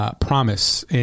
promise